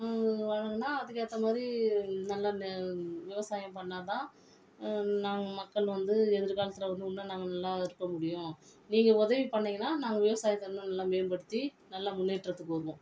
வழங்கினா அதுக்கேற்ற மாதிரி நல்லா விவசாயம் பண்ணாதான் நாங்கள் மக்கள் வந்து எதிர்காலத்தில் வந்து இன்னும் நாங்கள் நல்லா இருக்க முடியும் நீங்கள் உதவி பண்ணிங்கன்னால் நாங்கள் விவசாயத்தை இன்னும் நல்லா மேம்படுத்தி நல்லா முன்னேற்றத்துக்கு உதவும்